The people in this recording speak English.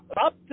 Up